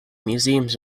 museums